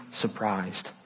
surprised